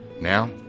Now